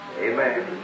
Amen